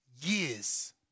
years